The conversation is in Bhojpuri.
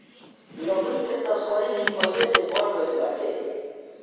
लकड़ी के तस्करी भी पहिले से बढ़ गइल बाटे